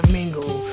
mingle